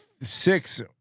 six